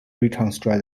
reconstruct